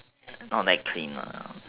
not that clean